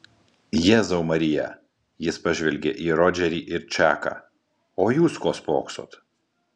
jėzau marija jis pažvelgė į rodžerį ir čaką o jūs ko spoksot